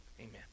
Amen